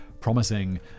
promising